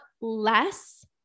less